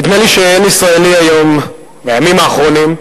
נדמה לי שאין ישראלי היום, בימים האחרונים,